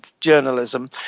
journalism